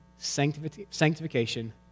sanctification